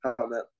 comment